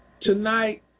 Tonight